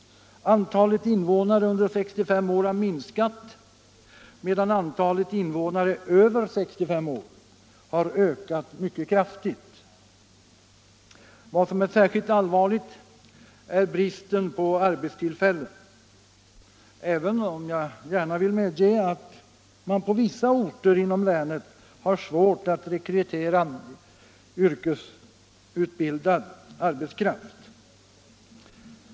Antalet invånare under 65 år har minskat medan antalet invånare över 65 år har ökat mycket kraftigt. Vad som är särskilt allvarligt är bristen på arbetstillfällen — även om jag gärna vill medge att det på vissa orter i länet är svårt att rekrytera yrkesutbildad arbetskraft.